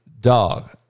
dog